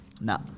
No